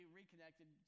reconnected